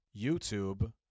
YouTube